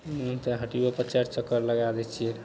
नहि तऽ हटिओपर चारि चक्कर लगै दै छिए